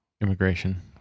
Immigration